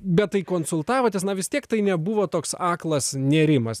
bet tai konsultavotės na vis tiek tai nebuvo toks aklas nėrimas